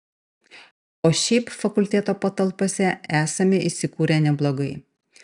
o šiaip fakulteto patalpose esame įsikūrę neblogai